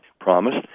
promised